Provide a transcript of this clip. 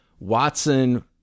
Watson